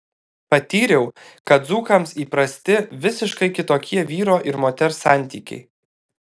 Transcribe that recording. patyriau kad dzūkams įprasti visiškai kitokie vyro ir moters santykiai